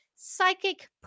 psychic